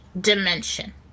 dimension